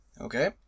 Okay